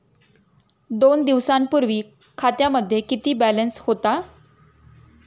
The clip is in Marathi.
दोन दिवसांपूर्वी खात्यामध्ये किती बॅलन्स होता?